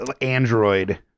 android